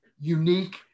unique